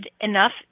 enough